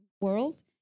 World